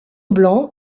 blanc